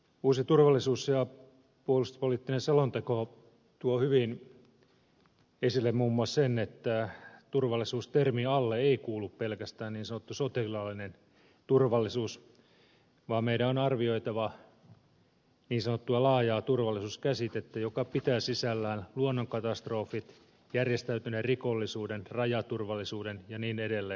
uusi turvallisuus ja puolustuspoliittinen selonteko tuo hyvin esille muun muassa sen että turvallisuustermin alle ei kuulu pelkästään niin sanottu sotilaallinen turvallisuus vaan meidän on arvioitava niin sanottua laajaa turvallisuuskäsitettä joka pitää sisällään luonnonkatastrofit järjestäytyneen rikollisuuden rajaturvallisuuden ja niin edelleen